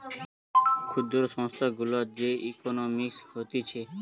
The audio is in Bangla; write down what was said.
ক্ষুদ্র সংস্থা গুলার যে ইকোনোমিক্স হতিছে